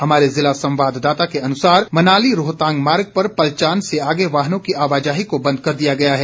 हमारे जिला संवाददाता के अनुसार मनाली रोहतांग मार्ग पर पलचान से आगे वाहनों की आवाजाही को बंद कर दिया गया है